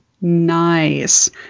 Nice